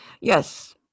yes